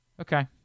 Okay